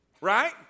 Right